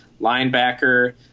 linebacker